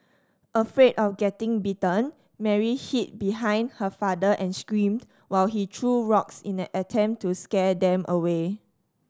afraid of getting bitten Mary hid behind her father and screamed while he threw rocks in an attempt to scare them away